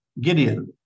Gideon